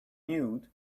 mute